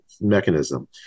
mechanism